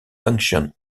function